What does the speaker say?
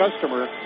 customer